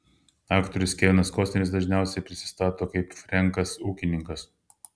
aktorius kevinas kostneris dažniausiai prisistato kaip frenkas ūkininkas